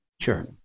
Sure